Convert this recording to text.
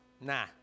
Nah